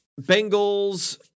Bengals